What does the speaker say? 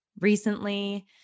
recently